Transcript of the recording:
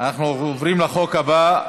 אנחנו עוברים לחוק הבא,